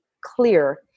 clear